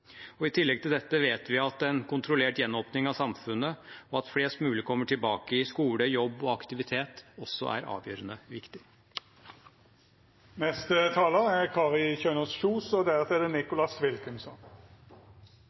I tillegg til dette vet vi at en kontrollert gjenåpning av samfunnet og at flest mulig kommer tilbake i skole, jobb og aktivitet, også er avgjørende viktig. «Alle» snakker om psykisk helse i disse dager, og